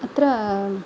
अत्र